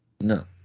No